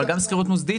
אבל גם שכירות מוסדית,